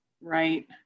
Right